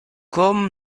comme